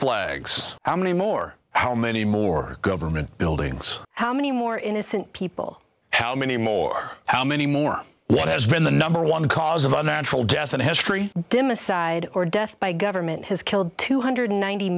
flags how many more how many more government buildings how many more innocent people how many more how many more what has been the number one cause of unnatural death in history dim aside or death by government has killed two hundred ninety